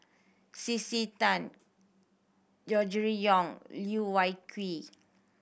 C C Tan Gregory Yong Loh Wai Kiew